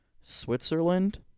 switzerland